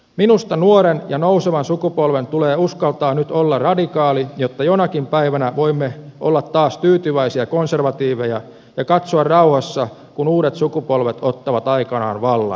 minusta nuoren ja nousevan sukupolven tulee uskaltaa nyt olla radikaali jotta jonakin päivänä voimme olla taas tyytyväisiä konservatiiveja ja katsoa rauhassa kun uudet sukupolvet ottavat aikanaan vallan